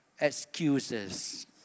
excuses